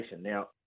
Now